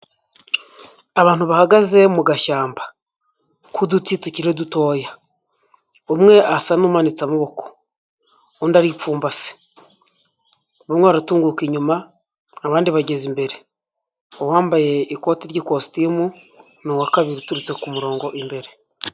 Abantu bahagaze mu gashyamba k'udutsi tukiri dutoya, umwe asa n'umanitse amaboko, undi aripfumbase, bamwe baratunguka inyuma, abandi bageze imbere, uwambaye ikoti ry'ikositimu, ni uwa kabiri uturutse ku murongo imbere.